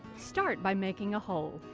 start by making a hole.